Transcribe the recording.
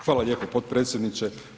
Hvala lijepo potpredsjedniče.